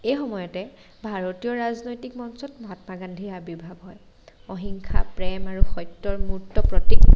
এই সময়তে ভাৰতীয় ৰাজনৈতিক মঞ্চত মহাত্মা গান্ধীৰ আৱিৰ্ভাব হয় অহিংসা প্ৰেম আৰু সত্যৰ মূৰ্ত প্ৰতীক